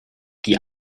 die